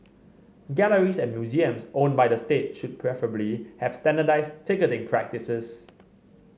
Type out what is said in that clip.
galleries and museums owned by the state should preferably have standardised ticketing practices